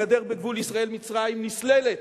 הגדר בגבול ישראל מצרים נסללת,